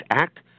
Act